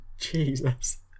Jesus